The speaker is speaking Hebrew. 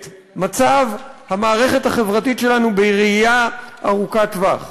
את מצב המערכת החברתית שלנו בראייה ארוכת טווח.